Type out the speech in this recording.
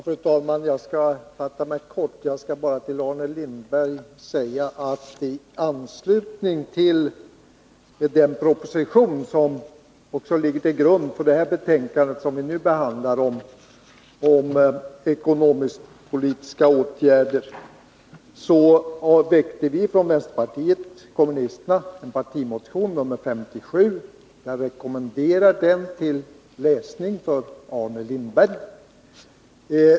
Fru talman! Jag skall fatta mig kort. Jag skall bara till Arne Lindberg säga att i anslutning till den proposition som ligger till grund för det betänkande om ekonomisk-politiska åtgärder som vi nu behandlar väckte vi från vänsterpartiet kommunisterna en partimotion, nr 57. Jag rekommenderar den till läsning, Arne Lindberg.